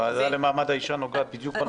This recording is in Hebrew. הוועדה לקידום מעמד האישה נוגעת בדיוק בזה.